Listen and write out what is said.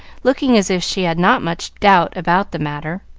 looking as if she had not much doubt about the matter.